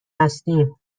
هستیم